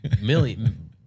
Million